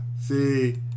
See